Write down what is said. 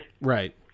Right